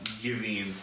giving